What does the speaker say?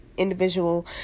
individual